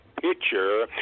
picture